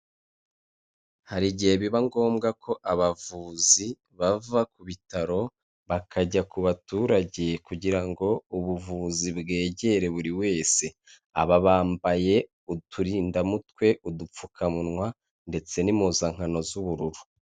Hari igihe biba ngombwa ko abavuzi bava ku bitaro, bakajya ku baturage kugira ngo ubuvuzi bwegere buri wese, aba bambaye uturindamutwe udupfukamunwa, ndetse n'impuzankano z'ubururu.